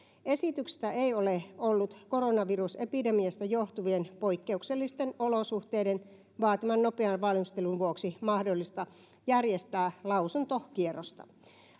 esityksestä ei ole ollut koronavirusepidemiasta johtuvien poikkeuksellisten olosuhteiden vaatiman nopean valmistelun vuoksi mahdollista järjestää lausuntokierrosta